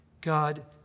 God